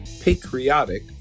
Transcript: patriotic